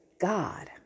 God